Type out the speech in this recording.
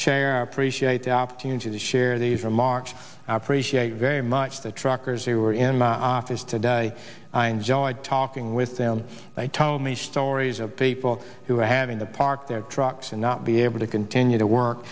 opportunity to share these remarks appreciate very much the truckers who are in my office today i enjoyed talking with them they told me stories of people who have in the park their trucks and not be able to continue to work